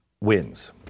wins